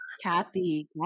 Kathy